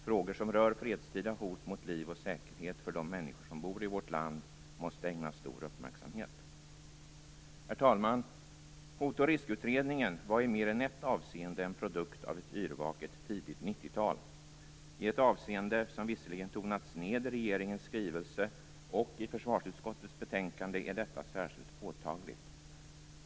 Frågor som rör fredstida hot mot liv och säkerhet för de människor som bor i vårt land måste ägnas stor uppmärksamhet. Herr talman! Hot och riskutredningen var i mer än ett avseende en produkt av ett yrvaket tidigt 90-tal. I ett avseende, som visserligen tonats ned i regeringens skrivelse och i försvarsutskottets betänkande, är detta särskilt påtagligt.